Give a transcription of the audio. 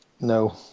no